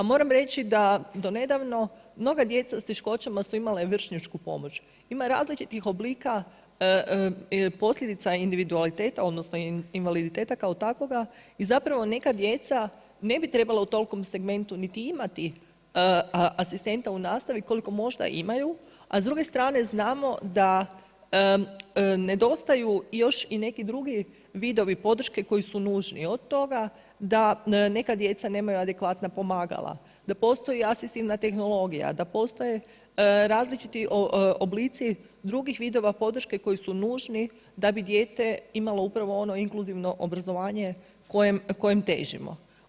Moram reći da do nedavno mnoga djeca s teškoćama su imala vršnjačku pomoć, ima različitih oblika posljedica individualiteta odnosno invaliditeta kao takvoga i neka djeca ne bi trebala u tolikom segmentu niti imati asistenta u nastavi koliko možda imaju, a s druge strane znamo da nedostaju još i neki drugi vidovi podrške koji su nužni, od toga da neka djeca nemaju adekvatna pomagala, da postoji asistivna tehnologija, da postoje različiti oblici drugih vidova podrške koji su nužni da bi dijete imalo upravo ono inkluzivno obrazovanje kojem težimo.